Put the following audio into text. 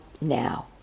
now